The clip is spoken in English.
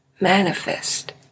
manifest